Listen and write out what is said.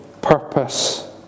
purpose